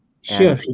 Sure